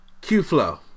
Q-Flow